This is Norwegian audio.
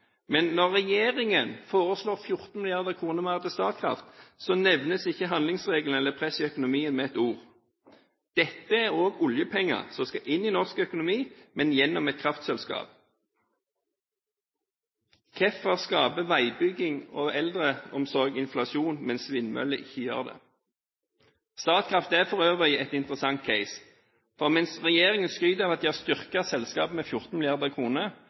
Men når regjeringen foreslår 14 mrd. kr mer til Statkraft, nevnes ikke handlingsregelen eller presset i økonomien med ett ord. Dette er også oljepenger, som skal inn i norsk økonomi, men gjennom et kraftselskap. Hvorfor skaper veibygging og eldreomsorg inflasjon, mens vindmøller ikke gjør det? Statkraft er for øvrig en interessant case. Mens regjeringen skryter av at den har styrket selskapet med 14